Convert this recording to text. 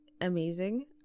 amazing